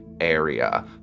area